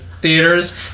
theaters